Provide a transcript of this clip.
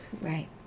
Right